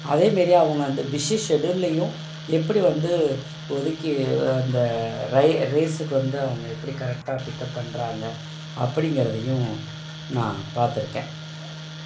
அதே மாரி அவங்க அந்த பிஸி ஷெட்டியூல்லேயும் எப்படி வந்து ஒதுக்கி அந்த ரை ரேஸுக்கு வந்து அவங்க எப்படி கரெக்டாக பிக்கப் பண்ணுறாங்க அப்படிங்கிறதையும் நான் பார்த்திருக்கேன்